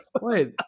Wait